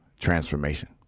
transformation